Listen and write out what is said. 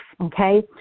okay